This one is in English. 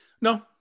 No